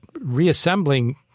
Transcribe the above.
reassembling